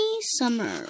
summer